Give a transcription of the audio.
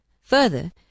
Further